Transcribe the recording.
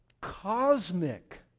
cosmic